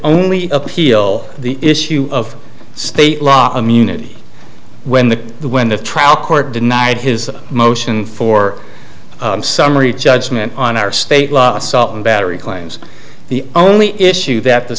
only appeal the issue of state law immunity when the when the trial court denied his motion for summary judgment on our state law assault and battery claims the only issue that the